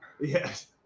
yes